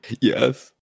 Yes